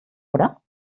oder